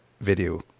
video